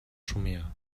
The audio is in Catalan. somniar